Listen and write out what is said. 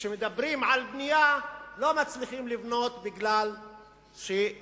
וכשמדברים על בנייה לא מצליחים לבנות מפני שבשטח